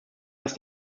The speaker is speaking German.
dass